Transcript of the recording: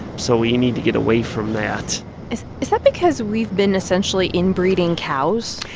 so we need to get away from that is is that because we've been essentially inbreeding cows?